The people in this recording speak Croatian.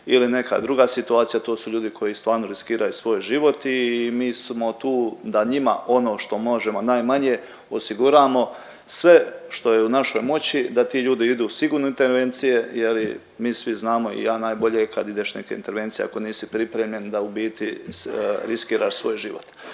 ili neka druga situacija, to su ljudi koji stvarno riskiraju svoj život i mi smo tu da njima ono što možemo najmanje osiguramo sve što je u našoj moći da ti ljudi idu sigurni u intervencije je li mi svi znamo i ja najbolje kad ideš neke intervencije ako nisi pripremljen da u biti riskiraš svoj život.